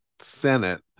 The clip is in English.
Senate